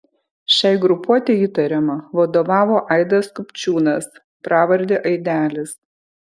šiai grupuotei įtariama vadovavo aidas kupčiūnas pravarde aidelis